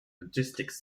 logistics